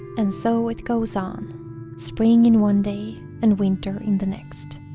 and so it goes on spring in one day and winter in the next